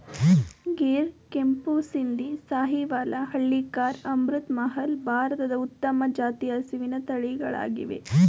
ಗಿರ್, ಕೆಂಪು ಸಿಂಧಿ, ಸಾಹಿವಾಲ, ಹಳ್ಳಿಕಾರ್, ಅಮೃತ್ ಮಹಲ್, ಭಾರತದ ಉತ್ತಮ ಜಾತಿಯ ಹಸಿವಿನ ತಳಿಗಳಾಗಿವೆ